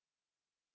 oh